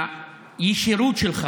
הישירות שלך,